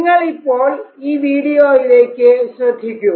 നിങ്ങൾ ഇപ്പോൾ ഈ വീഡിയോയ്ക്ക് ശ്രദ്ധിക്കൂ